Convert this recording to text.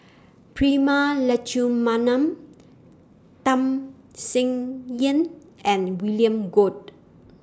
Prema Letchumanan Tham Sien Yen and William Goode